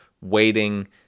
waiting